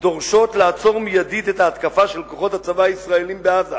"דורשות לעצור מיידית את ההתקפה של כוחות הצבא הישראלי בעזה,